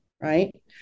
right